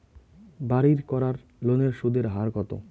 বাড়ির করার লোনের সুদের হার কত?